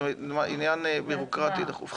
זה עניין בירוקרטי דחוף.